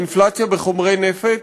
האינפלציה בחומרי נפץ.